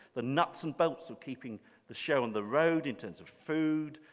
the knots and bolts of keeping the show on the road in terms of food,